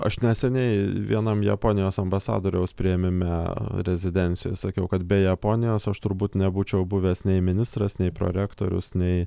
aš neseniai vienam japonijos ambasadoriaus priėmime rezidencijoj sakiau kad be japonijos aš turbūt nebūčiau buvęs nei ministras nei prorektorius nei